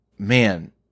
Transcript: Man